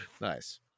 Nice